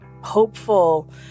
hopeful